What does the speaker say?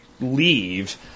leave